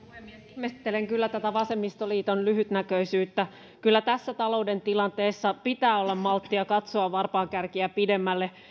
ihmettelen kyllä tätä vasemmistoliiton lyhytnäköisyyttä kyllä tässä talouden tilanteessa pitää olla malttia katsoa varpaankärkiä pidemmälle